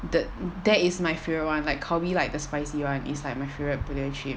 tha~ that is my favourite one like calbee like the spicy one is like my favourite potato chip